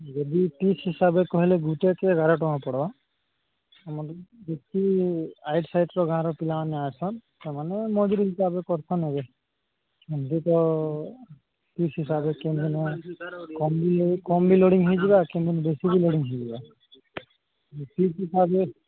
ଯଦି ଫିସ୍ ହିସାବରେ କହିଲେ ଗୋଟାକୁ ଏଗାର ଟଙ୍କା ପଡ଼ିବ ଆମର ଯେତିକି ସାଇଡ଼ର ଗାଁର ପିଲାମାନେ ଆସନ୍ତି ସେମାନେ ମଜୁରୀ ହିସାବରେ କରିକି ନେବେ ଏମିତି ତ ଫିସ୍ ହିସାବରେ କମ ବି ଲୋଡିଙ୍ଗ ହୋଇଯିବ କେବେ ବେଶୀ ବି ଲୋଡିଙ୍ଗ ହୋଇଯିବ ଫିସ୍ ହିସାବରେ